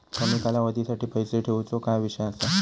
कमी कालावधीसाठी पैसे ठेऊचो काय विषय असा?